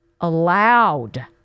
allowed